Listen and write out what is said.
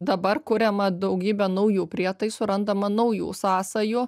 dabar kuriama daugybė naujų prietaisų randama naujų sąsajų